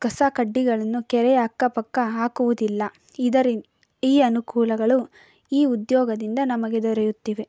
ಕಸ ಕಡ್ಡಿಗಳನ್ನು ಕೆರೆಯ ಅಕ್ಕಪಕ್ಕ ಹಾಕುವುದಿಲ್ಲ ಇದರಿ ಈ ಅನುಕೂಲಗಳು ಈ ಉದ್ಯೋಗದಿಂದ ನಮಗೆ ದೊರೆಯುತ್ತಿವೆ